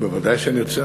ובוודאי שנרצה,